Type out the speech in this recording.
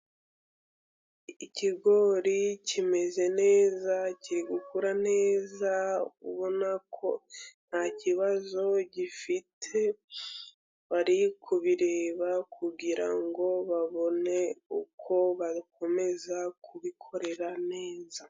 Ikigori kimeze neza kiri gukura neza ubona ko ntakibazo gifite, bari kubireba kugira ngo babone uko bakomeza kubikorera neza.